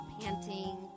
panting